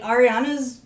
Ariana's